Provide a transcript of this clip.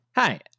Hi